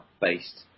based